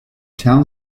town